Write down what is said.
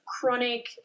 chronic